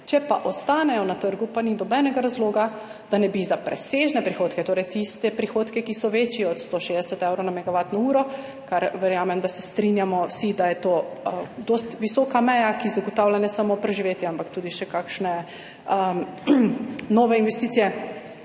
Če pa ostanejo na trgu, pa ni nobenega razloga, da ne bi za presežne prihodke, torej tiste prihodke, ki so večji od 160 evrov na megavatno uro, kar verjamem, da se strinjamo vsi, da je to dosti visoka meja, ki zagotavlja ne samo preživetje, ampak tudi še kakšne nove investicije,